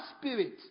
spirit